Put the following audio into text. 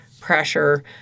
pressure